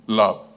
love